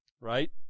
right